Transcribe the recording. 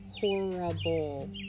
horrible